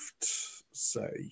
say